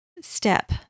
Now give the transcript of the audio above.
step